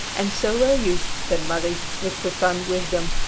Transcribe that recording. and so will you, said marie, with profound wisdom.